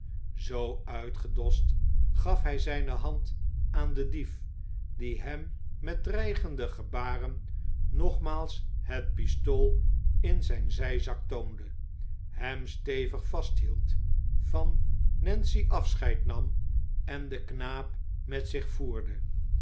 zoo uitgedost gaf hij zijne hand aan den dief die hem met dreigende gebaren nogmaals het pistool in zijn zijzak toonde hem stevig vasthield van nancy afscheid nam en den knaap met zich voerde